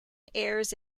airs